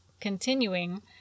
continuing